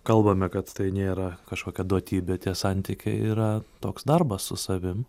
kalbame kad tai nėra kažkokia duotybė tie santykiai yra toks darbas su savim